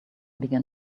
began